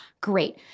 Great